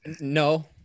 No